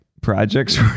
projects